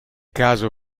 caso